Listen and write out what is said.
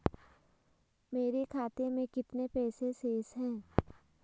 मेरे खाते में कितने पैसे शेष हैं?